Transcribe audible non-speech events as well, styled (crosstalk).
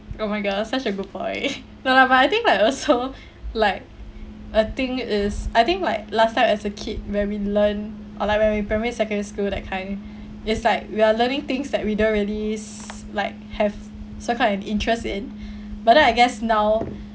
oh my god such a good boy (laughs) no lah but I think I also like a thing is I think like last time as a kid where we learn or like in primary secondary school that kind is like we are learning things that we don't really (noise) like have so called an interest in but then I guess now